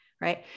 Right